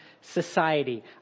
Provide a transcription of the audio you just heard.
society